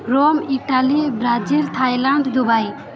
Rome Italy Brazil Thailand Dubai